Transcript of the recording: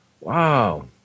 Wow